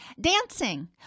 Dancing